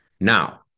Now